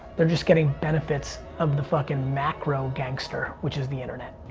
they're just getting benefits of the fuckin' macro gangster which is the internet.